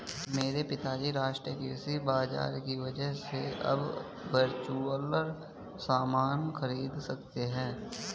मेरे पिताजी राष्ट्रीय कृषि बाजार की वजह से अब वर्चुअल सामान खरीद सकते हैं